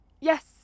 Yes